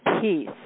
Peace